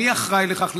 מי אחראי לכך?